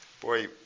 boy